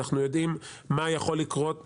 אנחנו יודעים מה יכול לקרות בהובלה,